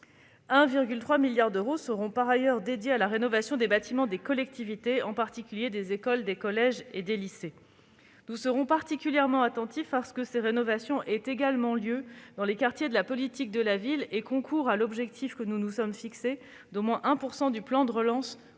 1,3 milliard d'euros seront affectés à la rénovation des bâtiments des collectivités, en particulier les écoles, les collèges et les lycées. Nous serons particulièrement attentifs à ce que ces rénovations soient également menées dans les quartiers de la politique de la ville et concourent à l'objectif que nous nous sommes fixé : consacrer au moins 1 % du plan de relance